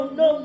no